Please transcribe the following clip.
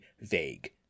vague